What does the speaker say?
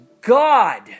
God